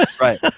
Right